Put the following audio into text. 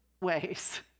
ways